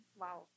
Wow